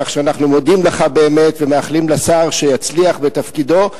כך שאנחנו מודים לך באמת ומאחלים לשר שיצליח בתפקידו.